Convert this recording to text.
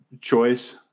choice